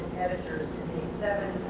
editors, and a seven